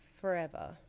Forever